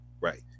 Right